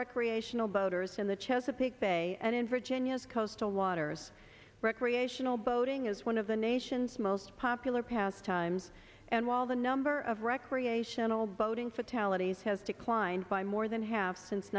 recreational boaters in the chesapeake bay and in virginia's coastal waters recreational boating is one of the nation's most popular pastimes and while the number of recreational boating fatalities has declined by more than half since